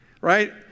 Right